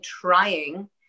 trying